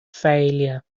failure